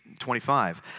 25